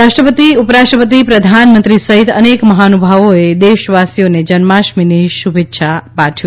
રાષ્ટ્રપતિ ઉપરાષ્ટ્રપતિ પ્રધાનમંત્રી સહિત અનેક મહાનુભાવોએ દેશવાસીઓને જન્માષ્ટમીની શુભેચ્છા પાઠવી